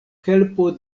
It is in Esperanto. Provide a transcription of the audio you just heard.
helpo